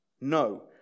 No